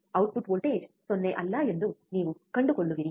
output voltage 0 ಅಲ್ಲ ಎಂದು ನೀವು ಕಂಡುಕೊಳ್ಳುವಿರಿ